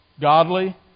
godly